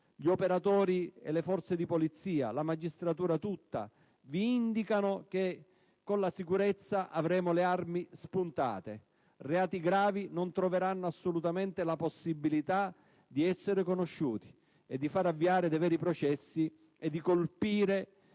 Gli operatori, le forze di polizia e l'intera magistratura vi indicano che con la sicurezza avremo le armi spuntate: i reati gravi non avranno assolutamente la possibilità di essere conosciuti, di far avviare veri processi e di colpire